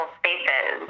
spaces